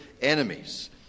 enemies